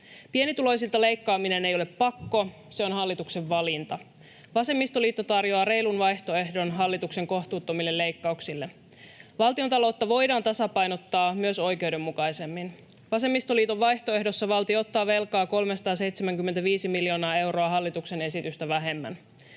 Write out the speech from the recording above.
Pienituloisilta leikkaaminen ei ole pakko, se on hallituksen valinta. Vasemmistoliitto tarjoaa reilun vaihtoehdon hallituksen kohtuuttomille leikkauksille. Valtiontaloutta voidaan tasapainottaa myös oikeudenmukaisemmin. Vasemmistoliiton vaihtoehdossa valtio ottaa velkaa 375 miljoonaa euroa hallituksen esitystä vähemmän.